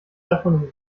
davon